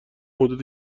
حدود